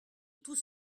tout